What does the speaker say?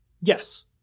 yes